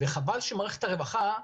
חבל שמערכת הרווחה,